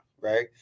right